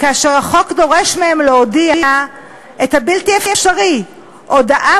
כאשר החוק דורש מהם להודיע את הבלתי-אפשרי: הודעה